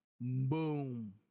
boom